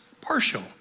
partial